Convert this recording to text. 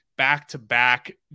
back-to-back